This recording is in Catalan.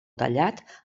tallat